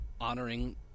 honoring